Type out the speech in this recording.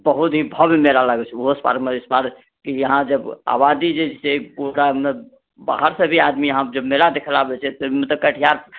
बहुतही भव्य मेला लागै छै उसपारमे इसपार यहाँ आबादी जे छै पूरामे बाहरसँ भी आदमी यहाँ जब मेला देखैला आबै छै तऽ कटिहार